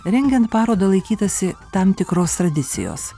rengiant parodą laikytasi tam tikros tradicijos